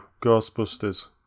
Ghostbusters